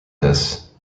this